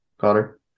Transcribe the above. Connor